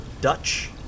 Dutch